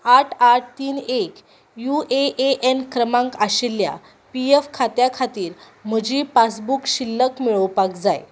आठ आठ तीन एक युएएएन क्रमांक आशिल्ल्या पीएफ खात्या खातीर म्हजी पासबूक शिल्लक मेळोवपाक जाय